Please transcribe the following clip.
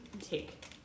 Take